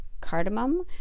cardamom